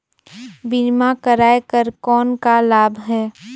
बीमा कराय कर कौन का लाभ है?